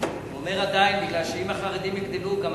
הוא אומר עדיין מפני שאם החרדים יגדלו, גם